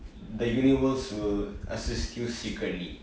the universe will assist you secretly